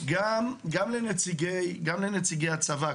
גם לנציגי הצבא.